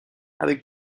avec